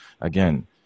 again